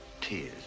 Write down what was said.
tears